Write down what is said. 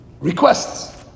Requests